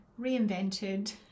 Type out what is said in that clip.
reinvented